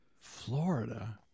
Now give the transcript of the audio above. Florida